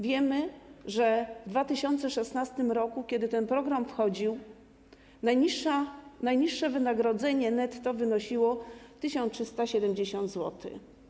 Wiemy, że w 2016 r., kiedy ten program wchodził, najniższe wynagrodzenie netto wynosiło 1370 zł.